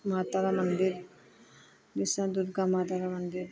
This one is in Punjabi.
ਮਾਤਾ ਦਾ ਮੰਦਰ ਜਿਸ ਤਰ੍ਹਾਂ ਦੁਰਗਾ ਮਾਤਾ ਦਾ ਮੰਦਰ